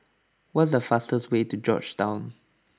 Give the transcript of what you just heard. what is the fastest way to Georgetown